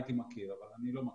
הייתי מכיר אבל אני לא מכיר.